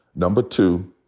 number two,